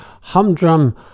humdrum